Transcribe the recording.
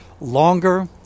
longer